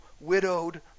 widowed